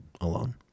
alone